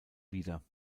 wieder